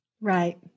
Right